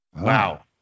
Wow